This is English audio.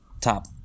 top